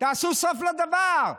תעשו סוף לדברים.